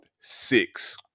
six